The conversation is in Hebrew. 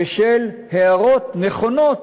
בשל הערות נכונות,